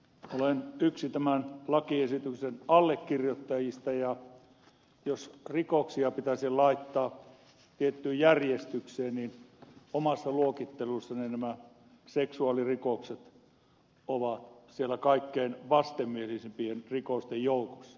olen yksi tämän lakiesityksen allekirjoittajista ja jos rikoksia pitäisi laittaa tiettyyn järjestykseen niin omassa luokittelussani nämä seksuaalirikokset ovat siellä kaikkein vastenmielisimpien rikosten joukossa